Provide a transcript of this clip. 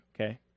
okay